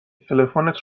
تلفنت